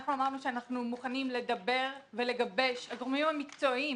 אנחנו אמרנו שאנחנו מוכנים לדבר ולגבש הגורמים המקצועיים